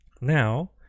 Now